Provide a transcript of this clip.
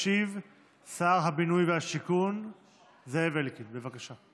ישיב שר הבינוי והשיכון זאב אלקין, בבקשה.